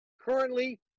Currently